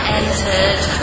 entered